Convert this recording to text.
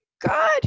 God